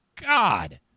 God